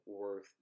worth